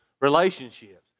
relationships